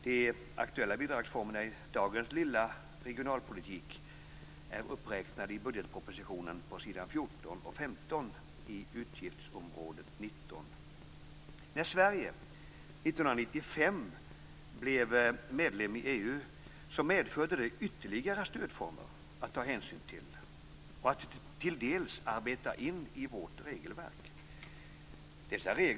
De aktuella bidragsformerna i dagens s.k. lilla regionalpolitik är uppräknade i budgetpropositionen på s. 14 När Sverige 1995 blev medlem i EU medförde det ytterligare stödformer att ta hänsyn till och till dels arbeta in i vårt regelverk.